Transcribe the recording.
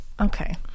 Okay